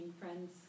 friends